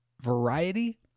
variety